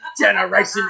Generation